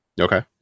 Okay